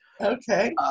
Okay